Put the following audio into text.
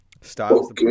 Styles